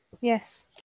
Yes